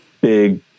big